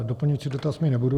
Doplňující dotaz mít nebudu.